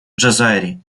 джазайри